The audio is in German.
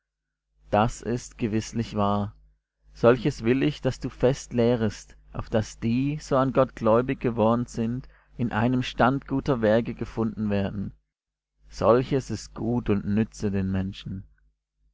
das ist gewißlich wahr solches will ich daß du fest lehrest auf daß die so an gott gläubig geworden sind in einem stand guter werke gefunden werden solches ist gut und nütze den menschen